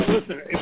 Listen